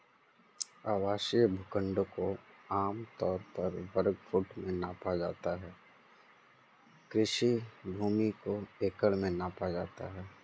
आवासीय भूखंडों को आम तौर पर वर्ग फुट में मापा जाता है, कृषि भूमि को एकड़ में मापा जाता है